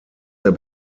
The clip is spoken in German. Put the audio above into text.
der